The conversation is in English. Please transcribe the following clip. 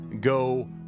go